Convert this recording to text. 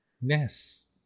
Yes